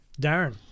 Darren